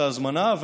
את ההזמנה,